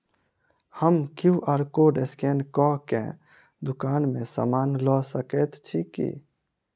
हम QR code scan कऽ केँ दुकान मे समान लऽ सकैत छी की?